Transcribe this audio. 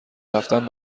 رفتن